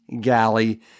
Galley